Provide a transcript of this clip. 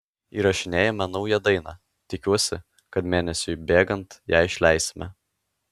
įrašinėjame naują dainą tikiuosi kad mėnesiui bėgant ją išleisime